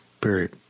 period